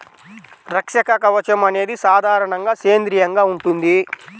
రక్షక కవచం అనేది సాధారణంగా సేంద్రీయంగా ఉంటుంది